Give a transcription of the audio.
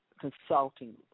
Consulting